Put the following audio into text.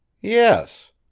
Yes